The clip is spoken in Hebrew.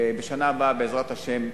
ובשנה הבאה, בעזרת השם,